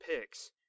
picks